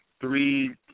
three